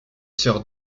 sœur